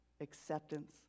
acceptance